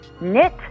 knit